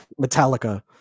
Metallica